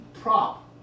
prop